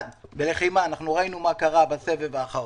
בלחימה ראינו מה קרה בסבב האחרון.